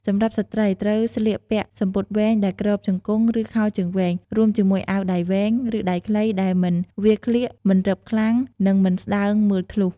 សម្រាប់ស្ត្រី ត្រូវស្លៀកពាក់សំពត់វែងដែលគ្របជង្គង់ ឬខោជើងវែង រួមជាមួយអាវដៃវែង ឬដៃខ្លីដែលមិនវាលក្លៀក មិនរឹបខ្លាំង និងមិនស្តើងមើលធ្លុះ។